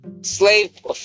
slave